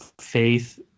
faith